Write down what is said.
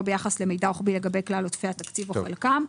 לא ביחס למידע רוחבי לגבי כלל עודפי התקציב או חלקם.